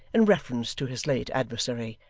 in reference to his late adversary,